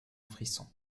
frisson